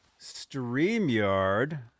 StreamYard